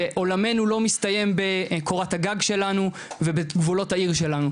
ועולמנו לא מסתיים בקורת הגג שלנו ובגבולות העיר שלנו,